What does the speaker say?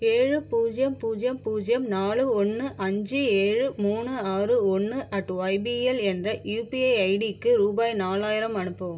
ஏழு பூஜ்ஜியம் பூஜ்ஜியம் பூஜ்ஜியம் நான்கு ஒன்று ஐந்து ஏழு மூன்று ஆறு ஒன்று அட் ஒய்பிஎல் என்ற யூபிஐ ஐடிக்கு ரூபாய் நாலாயிரம் அனுப்பவும்